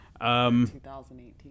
2018